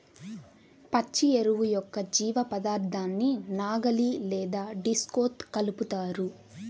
పచ్చి ఎరువు యొక్క జీవపదార్థాన్ని నాగలి లేదా డిస్క్తో కలుపుతారు